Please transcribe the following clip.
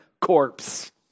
corpse